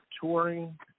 touring